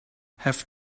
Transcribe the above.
have